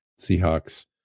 seahawks